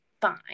fine